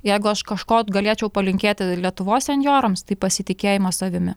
jeigu aš kažko galėčiau palinkėti lietuvos senjorams tai pasitikėjimo savimi